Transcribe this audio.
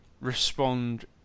respond